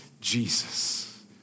Jesus